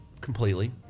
completely